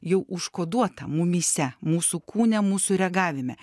jau užkoduota mumyse mūsų kūne mūsų reagavime